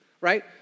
right